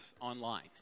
online